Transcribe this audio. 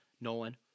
Nolan